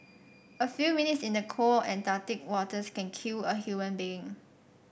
a few minutes in the cold Antarctic waters can kill a human being